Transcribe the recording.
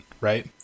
right